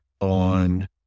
on